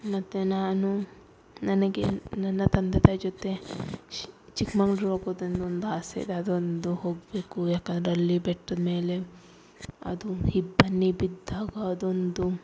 ಮತ್ತೆ ನಾನು ನನಗೆ ನನ್ನ ತಂದೆ ತಾಯಿ ಜೊತೆ ಚಿಕ್ಮಂಗ್ಳೂರು ಹೋಗೋದು ಅಂದರೆ ಒಂದು ಆಸೆ ಇದೆ ಅದು ಒಂದು ಹೋಗಬೇಕು ಯಾಕಂದರೆ ಅಲ್ಲಿ ಬೆಟ್ಟದ ಮೇಲೆ ಅದು ಇಬ್ಬನಿ ಬಿದ್ದಾಗ ಅದೊಂದು